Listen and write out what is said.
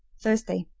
thursday.